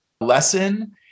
lesson